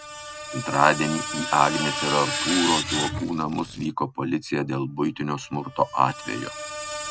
antradienį į agnės ir artūro zuokų namus vyko policija dėl buitinio smurto atvejo